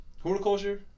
horticulture